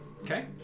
Okay